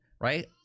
right